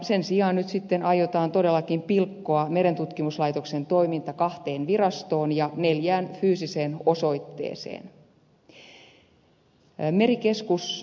sen sijaan nyt sitten aiotaan todellakin pilkkoa merentutkimuslaitoksen toiminta kahteen virastoon ja neljään fyysiseen osoitteeseen